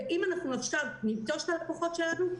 אם ניטוש עכשיו את הלקוחות שלנו,